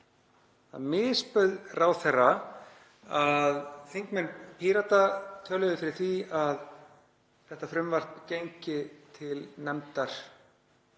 Það misbauð ráðherra að þingmenn Pírata töluðu fyrir því að þetta frumvarp gengi til nefndar